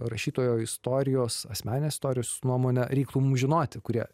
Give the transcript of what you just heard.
rašytojo istorijos asmeninės istorijos jūsų nuomone reiktų žinoti kurie